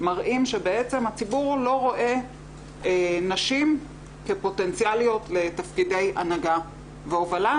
מראים שבעצם הציבור לא רואה נשים כפוטנציאליות לתפקידי הנהגה והובלה,